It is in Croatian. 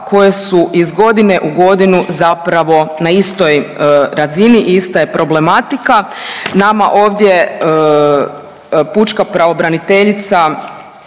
koje su iz godine u godinu zapravo na istoj razini i ista je problematika. Nama ovdje pučka pravobraniteljica